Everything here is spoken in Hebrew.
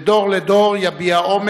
ב"דור לדור יביע אומר",